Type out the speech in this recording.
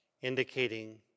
indicating